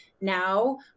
now